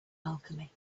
alchemy